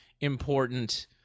important